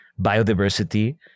biodiversity